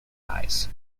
eyes